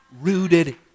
rooted